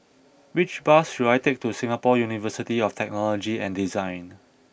which bus should I take to Singapore University of Technology and Design